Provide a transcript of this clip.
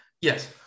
yes